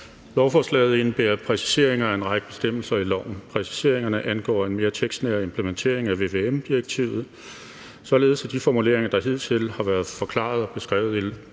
Lovforslaget indebærer præciseringer af en række bestemmelser i loven. Præciseringerne angår en mere tekstnær implementering af vvm-direktivet, således at de formuleringer, der hidtil har været forklaret og beskrevet i